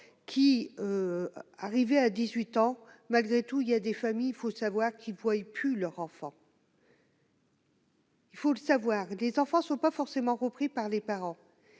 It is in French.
qui arrivaient à 18 ans, malgré tout, il y a des familles, il faut savoir qu'il pouvait pu leur enfant. Il faut le savoir, des enfants sont pas forcément repris par les parents